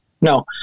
No